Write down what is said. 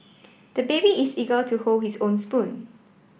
the baby is eager to hold his own spoon